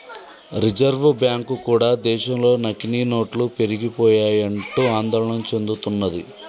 reserve bank కూడా దేశంలో నకిలీ నోట్లు పెరిగిపోయాయంటూ ఆందోళన చెందుతున్నది